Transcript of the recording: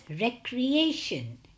recreation